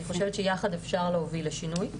אני חושבת שיחד אפשר להוביל לשינוי,